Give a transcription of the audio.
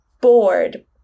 bored